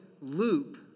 loop